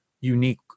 unique